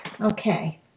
Okay